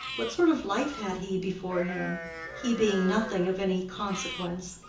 what sort of life had he before him he being nothing of any consequence?